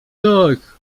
tak